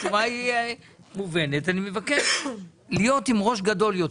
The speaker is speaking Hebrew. התשובה מובנת, ואני מבקש להיות עם ראש גדול יותר.